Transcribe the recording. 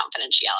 confidentiality